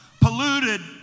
polluted